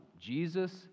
Jesus